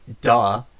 duh